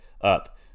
up